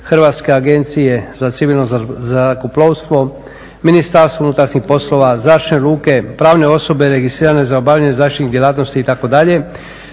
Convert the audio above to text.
Hrvatske agencije za civilno zrakoplovstvo, Ministarstvo unutarnjih poslova, Zračne luke, pravne osobe registrirane za obavljanje zračnih djelatnosti, itd.,